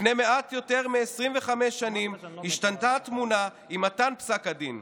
לפני מעט יותר מ-25 שנים השתנתה התמונה עם מתן פסק הדין.